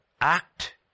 act